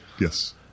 yes